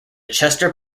chester